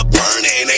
burning